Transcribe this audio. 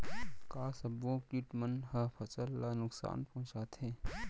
का सब्बो किट मन ह फसल ला नुकसान पहुंचाथे?